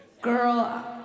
Girl